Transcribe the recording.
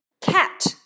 Cat